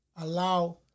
allow